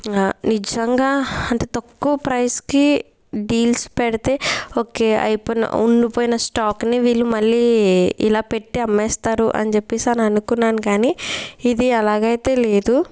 నిజంగా అంటే తక్కువ ప్రైస్కి డీల్స్ పెడితే ఓకే ఇప్పుడు ఉండిపోయిన స్టాక్ని వీళ్ళు మళ్ళీ ఇలా పెట్టి అమ్మేస్తారు అని చెప్పేసి అని అనుకున్నాను గాని ఇది అలాగైతే లేదు